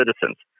citizens